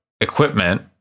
equipment